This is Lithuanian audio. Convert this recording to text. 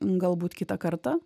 galbūt kitą kartą